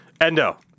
endo